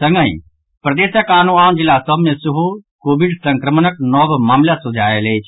संगहि प्रदेशक आनो आन जिला सभ मे सेहो कोविड संक्रमणक नव मामिला सोझा आयल अछि